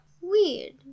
Weird